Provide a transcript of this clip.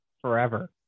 forever